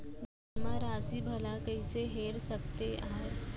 जेमा राशि भला कइसे हेर सकते आय?